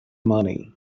money